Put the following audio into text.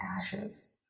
ashes